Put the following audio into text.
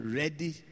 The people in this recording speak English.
ready